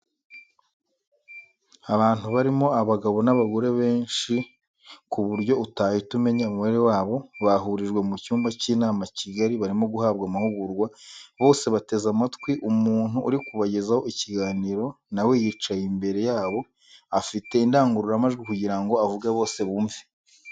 Abantu barimo abagabo n'abagore benshi ku buryo utahita umenya umubare wabo, bahurijwe mu cyumba cy'inama kigari barimo guhabwa amahugurwa, bose bateze amatwi umuntu uri kubagezaho ikiganiro nawe yicaye imbere yabo afite indangururamajwi kugirango avuge bose bumve.